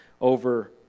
over